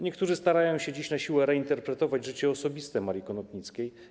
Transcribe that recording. Niektórzy starają się dziś na siłę reinterpretować życie osobiste Marii Konopnickiej.